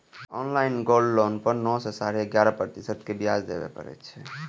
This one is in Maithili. ऑनलाइन गोल्ड लोन पर नौ सं साढ़े ग्यारह प्रतिशत के ब्याज देबय पड़ै छै